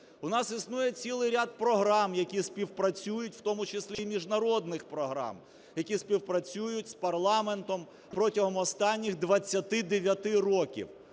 У нас існує цілий ряд програм, які співпрацюють, в тому числі і міжнародних програм, які співпрацюють з парламентом протягом останніх 29 років.